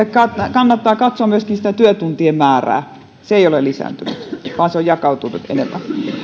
kannattaa katsoa myöskin työtuntien määrää se ei ole lisääntynyt vaan se on jakautunut enemmän